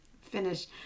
finish